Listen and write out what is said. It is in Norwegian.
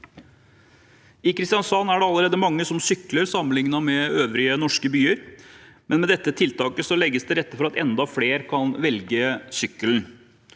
I Kristiansand er det allerede mange som sykler, sammenlignet med øvrige norske byer, men med dette tiltaket legges det til rette for at enda flere kan velge sykkel.